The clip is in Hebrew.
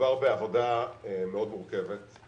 מדובר בעבודה מאוד מורכבת.